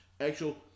actual